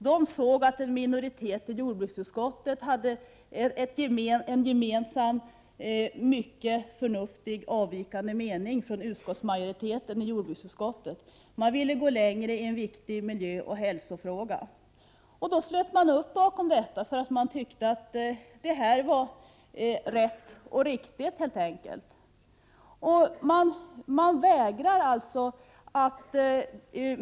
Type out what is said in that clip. De såg att en minoritet i jordbruksutskottet hade en gemensam mycket förnuftig mening, som avvek från den som majoriteten i jordbruksutskottet hade. Man ville gå längre i en viktig miljöoch hälsofråga. Man ställde upp bakom detta, helt enkelt därför att man tyckte att det var rätt och riktigt.